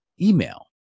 email